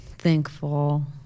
thankful